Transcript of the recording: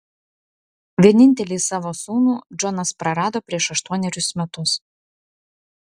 vienintelį savo sūnų džonas prarado prieš aštuonerius metus